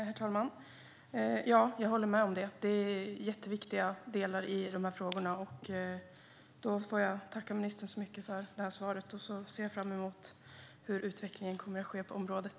Herr talman! Jag håller med om det. Det är jätteviktiga delar i de här frågorna. Jag får tacka ministern så mycket för svaret. Jag ser fram emot hur utvecklingen kommer att ske på området.